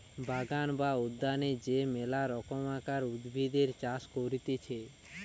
বাগান বা উদ্যানে যে মেলা রকমকার উদ্ভিদের চাষ করতিছে